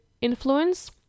influence